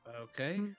Okay